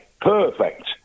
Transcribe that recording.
Perfect